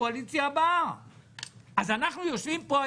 תעמדו מול הציבור ותגידו לציבור: אנחנו צריכים לשלם,